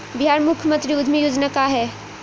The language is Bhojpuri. बिहार मुख्यमंत्री उद्यमी योजना का है?